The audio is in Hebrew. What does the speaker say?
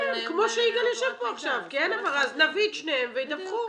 נביא את שניהם והם ידווחו.